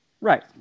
Right